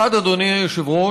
האחד, אדוני היושב-ראש,